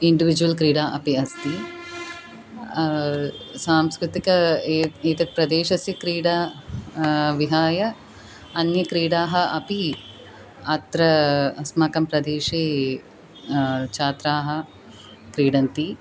individual क्रीडा अपि अस्ति सांस्कृतिक ए एतद् प्रदेशस्य क्रीडा विहाय अन्य क्रीडाः अपि अत्र अस्माकं प्रदेशे छात्राः क्रीडन्ति